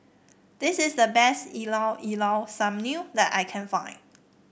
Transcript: this is the best Llao Llao Sanum that I can find